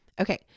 Okay